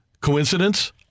Coincidence